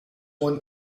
one